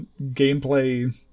gameplay